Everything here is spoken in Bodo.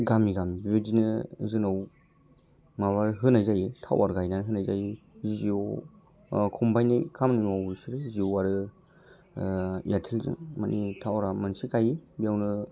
गामि गामि बेबायदिनो जोंनाव माबा होनाय जायो टावार गायनानै होनाय जायो जिय' आ खमबाइननि खामानि मावनाय जायो बिसोरो जिय' आरो एयारटेलजों मानि टावारा मोनसे गायो बेयावनो